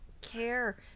care